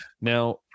now